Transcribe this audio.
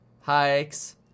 hikes